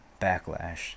backlash